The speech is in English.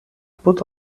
put